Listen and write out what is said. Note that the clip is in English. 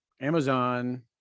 amazon